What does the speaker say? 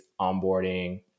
onboarding